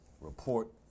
report